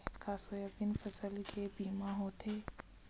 का सोयाबीन फसल के बीमा होथे?